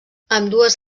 ambdues